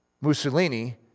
Mussolini